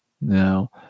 now